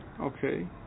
Okay